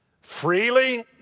Freely